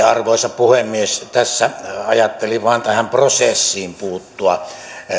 arvoisa puhemies tässä ajattelin vain tähän prosessiin puuttua